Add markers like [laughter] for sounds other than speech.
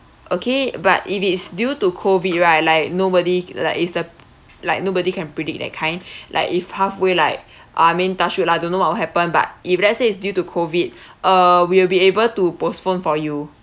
okay but if it's due to COVID right like nobody like is the like nobody can predict that kind [breath] like if halfway like I mean touch wood lah don't know what will happen but if let's say it's due to COVID uh we will be able to postpone for you